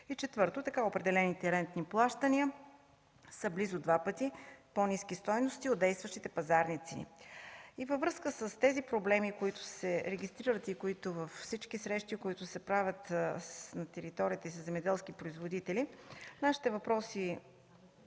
И, четвърто, така определените рентни плащания са близо два пъти по-ниски като стойност от действащите пазарни цени. Във връзка с тези проблеми, които се регистрират във всички срещи, които се правят на територии със земеделски производители, нашите въпроси